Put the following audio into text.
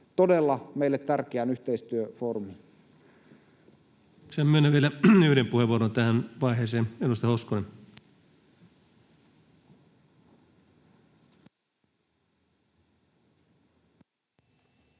todella tärkeään yhteistyöfoorumiin. Kiitoksia. — Myönnän vielä yhden puheenvuoron tähän vaiheeseen. Edustaja Hoskonen. Arvoisa